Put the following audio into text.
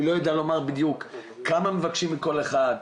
אני לא יודע לומר בדיוק כמה מבקשים מכל אחד,